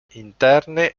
interne